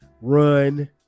Run